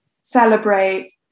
celebrate